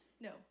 no